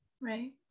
right